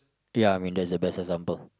ya I mean that's the best example